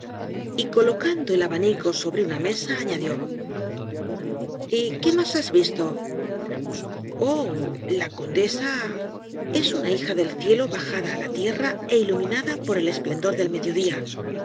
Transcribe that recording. y colocando el abanico sobre una mesa añadió y qué más has visto oh la condesa es una hija del cielo bajada á la tierra é iluminada por el esplendor del mediodía